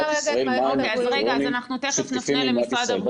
ישראל מה הקריטריונים שתקפים למדינת ישראל.